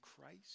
Christ